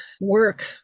work